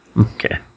Okay